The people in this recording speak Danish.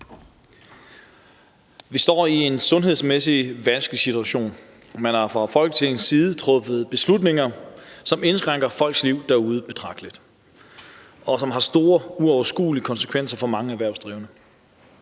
Vi står i en sundhedsmæssig vanskelig situation. Man har fra Folketingets side truffet beslutninger, som indskrænker folks liv betragteligt derude, og som har store, uoverskuelige konsekvenser for mange erhvervsdrivende.